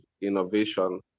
innovation